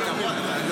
יש גם פתרון.